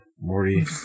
Morty